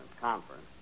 conference